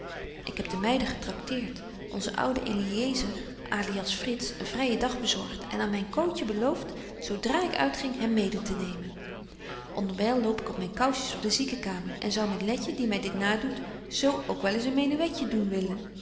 ik heb de meiden getracteert onzen ouden eliëzer alias frits een vryën dag bezorgt en aan myn cootje belooft zo dra ik uitging hem mede te nemen onderwyl loop ik op myn kousjes door de ziekenkamer en zou met letje die my dit nadoet zo ook wel eens een menuetje doen willen